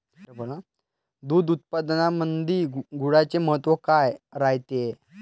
दूध उत्पादनामंदी गुळाचे महत्व काय रायते?